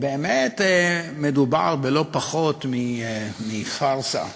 באמת מדובר בלא-פחות מפארסה,